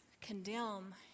condemn